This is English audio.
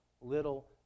little